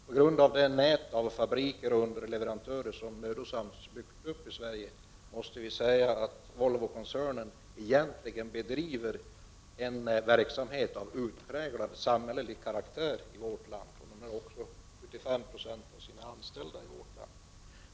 På grund av det nät av fabriker och underleverantörer som mödosamt byggts upp i Sverige, måste vi säga att Volvokoncernen egentligen bedriver en verksamhet av utpräglat samhällelig karaktär i vårt land. Man har också 75 96 av sina anställda i Sverige.